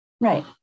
Right